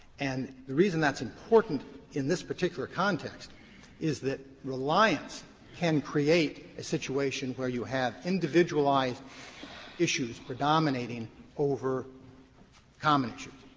and the reason that's important in this particular context is that reliance can create a situation where you have individualized issues predominating over common issues.